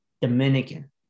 Dominican